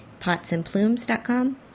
potsandplumes.com